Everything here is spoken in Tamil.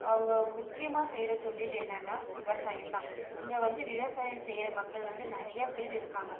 அவங்க முக்கியமாக செய்கிற தொழில் என்னனால் விவசாயந்தான் இங்கே வந்து விவசாயம் செய்கிற மக்கள் வந்து நிறையா பேர் இருக்காங்க